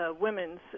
women's